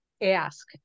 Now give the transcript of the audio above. ask